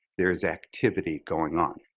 there is activity going on.